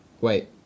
wait